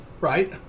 right